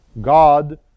God